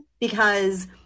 because-